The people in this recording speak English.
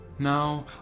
Now